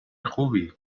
خوبی